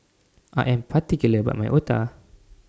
I Am particular about My Otah